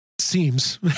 Seems